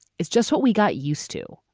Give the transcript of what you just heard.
it's just what we got used to.